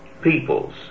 peoples